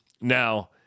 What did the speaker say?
Now